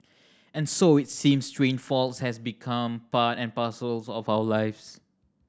and so it seems train faults have become part and parcels of our lives